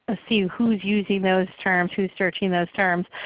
ah see who's using those terms, who's searching those terms.